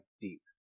deep